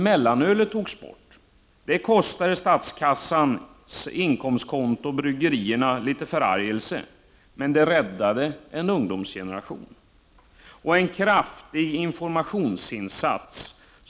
Mellanölet togs också bort. Det kostade när det gäller statskassans inkomstkonto och innebar litet förargelse för bryggerierna, men det räddade en ungdomsgeneration. Det har gjorts en kraftig informationsinsats.